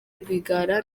rwigara